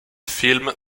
film